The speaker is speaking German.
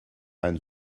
ein